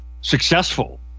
successful